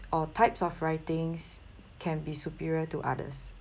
or types of writings can be superior to others